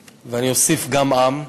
גם ארץ, ואני אוסיף גם עם.